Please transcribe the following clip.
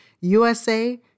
USA